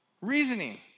Reasoning